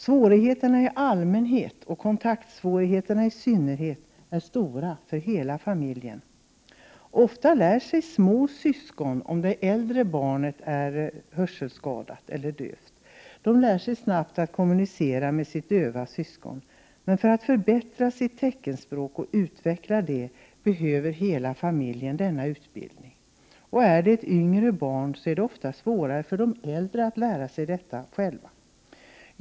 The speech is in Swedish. Svårigheter i allmänhet och kontaktsvårigheter i synnerhet är stora för hela familjen när man har en hörselskadad eller en döv familjemedlem. Ofta lär sig små syskon, om det äldre barnet är hörselskadat eller dövt, snart att kommunicera med sitt döva syskon. Men för att förbättra sitt teckenspråk och utveckla det behöver familjen få denna utbildning. Är det ett yngre barn som är hörselskadat är det ofta svårt för det äldre att lära sig detta språk.